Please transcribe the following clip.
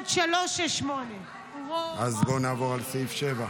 1368. בואו נעבור לסעיף 7,